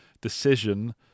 decision